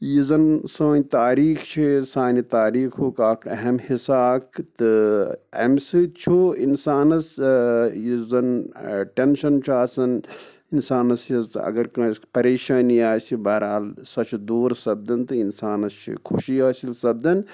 یہِ زَن سٲنۍ تاریٖخ چھِ سانہِ تاریٖخُک اَکھ اہم حصہٕ اَکھ تہٕ اَمہِ سۭتۍ چھُ اِنسانَس یُس زَن ٹٮ۪نشَن چھُ آسان اِنسانَس یُس اَگر کٲنٛسہِ پریشٲنی آسہِ بہر حال سۄ چھِ دوٗر سَپدان تہٕ اِنسانَس چھِ خوشی حٲصِل سَپدان